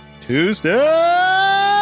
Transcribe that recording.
Tuesday